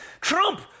Trump